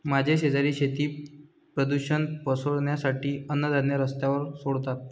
माझे शेजारी शेती प्रदूषण पसरवण्यासाठी अन्नधान्य रस्त्यावर सोडतात